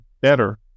better